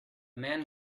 man